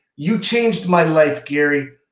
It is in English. you changed my life gary,